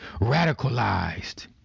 radicalized